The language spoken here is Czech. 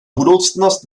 budoucnost